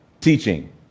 teaching